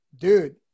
Dude